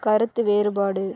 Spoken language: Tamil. கருத்து வேறுபாடு